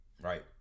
Right